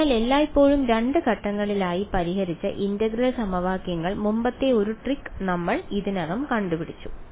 അതിനാൽ എല്ലായ്പ്പോഴും 2 ഘട്ടങ്ങളിലായി പരിഹരിച്ച ഇന്റഗ്രൽ സമവാക്യങ്ങൾ മുമ്പത്തെ ഈ ട്രിക്ക് നമ്മൾ ഇതിനകം കണ്ടുകഴിഞ്ഞു